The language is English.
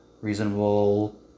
reasonable